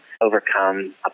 overcome